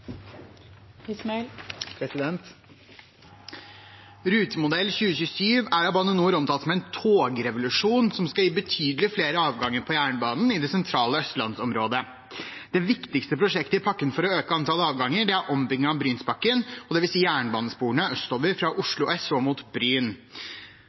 Rutemodell 2027 er av Bane NOR omtalt som en togrevolusjon som skal gi betydelig flere avganger på jernbanen i det sentrale østlandsområdet. Det viktigste prosjektet i pakken for å øke antall avganger, er ombyggingen av Brynsbakken, og det vil si jernbanesporene østover fra